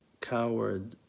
coward